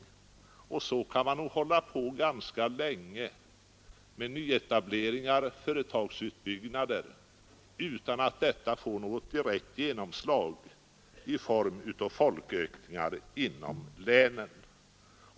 Så kan man nog hålla på ganska länge med nyetableringar och företagsutbyggnader utan att detta får något direkt genomslag i form av folkökningar inom länen.